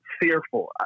fearful